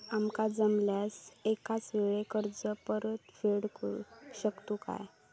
आमका जमल्यास एकाच वेळी कर्ज परत फेडू शकतू काय?